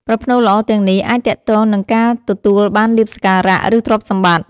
ប្រផ្នូលល្អទាំងនោះអាចទាក់ទងនឹងការទទួលបានលាភសក្ការៈ ឬទ្រព្យសម្បត្តិ។